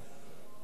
נתקבלה.